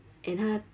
and 它